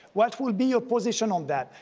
what will be your position on that?